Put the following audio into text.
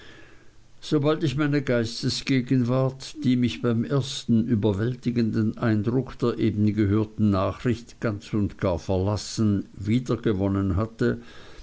sobald ich meine geistesgegenwart die mich beim ersten überwältigenden eindruck der eben gehörten nachricht ganz und gar verlassen wiedergewonnen hatte